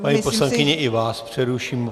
Paní poslankyně, i vás přeruším.